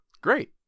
great